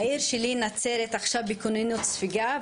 העיר שלי נצרת עכשיו בכוננות ספיגה,